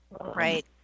Right